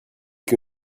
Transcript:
que